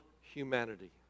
humanity